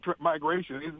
migration